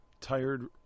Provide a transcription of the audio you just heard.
Tired